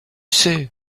sais